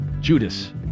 Judas